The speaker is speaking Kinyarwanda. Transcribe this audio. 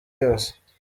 yose